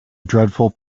dreadful